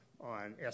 on